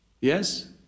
Yes